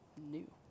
new